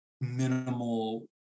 minimal